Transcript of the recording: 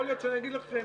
יכול להיות שאני אגיד לכם,